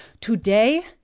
Today